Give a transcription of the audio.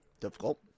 difficult